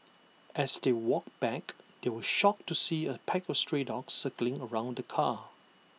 as they walked back they were shocked to see A pack of stray dogs circling around the car